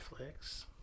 Netflix